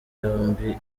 yombi